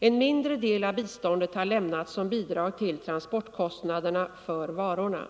En mindre del av biståndet har lämnats som bidrag till transportkostnaderna för varorna.